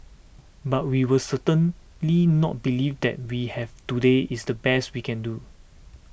but we will certainly not believe that what we have today is the best we can do